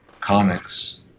comics